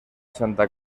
santa